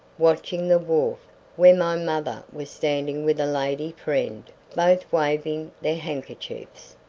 watching the wharf where my mother was standing with a lady friend, both waving their handkerchiefs.